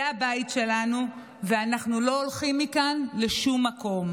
זה הבית שלנו, ואנחנו לא הולכים לשום מקום.